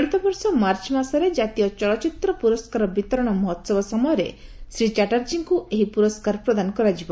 ଚଳିତବର୍ଷ ମାର୍ଚ୍ଚ ମାସରେ ଜାତୀୟ ଚଳଚ୍ଚିତ୍ ପୂରସ୍କାର ବିତରଣ ମହୋହବ ସମୟରେ ଶ୍ରୀ ଚାଟାର୍ଜୀଙ୍କୁ ଏହି ପୁରସ୍କାର ପ୍ରଦାନ କରାଯିବ